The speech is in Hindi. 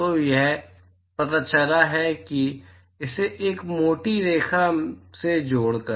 तो यह पता चला है कि इसे एक मोटी रेखा से जोड़कर